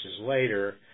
later